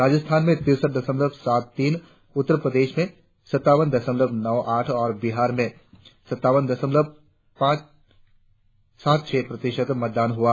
राजस्थान में तिरसठ दशमलव सात तीन उत्तर प्रदेश में सत्तावन दशमलव नौ तीन और बिहार में सत्तावन दशमलव सात छह प्रतिशत मतदान हुआ